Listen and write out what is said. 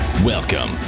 welcome